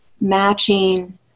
matching